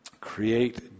create